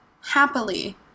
happily